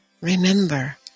remember